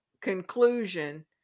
conclusion